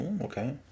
Okay